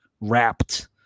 wrapped